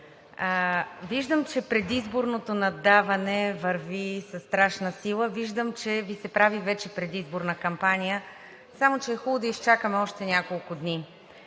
Виждам, че предизборното наддаване върви със страшна сила, виждам, че Ви се прави вече предизборна кампания, само че е хубаво да изчакаме още няколко дни.